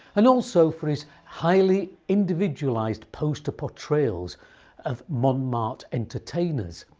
and also for his highly individualized poster portrayals of montmartre entertainers,